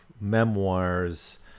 memoirs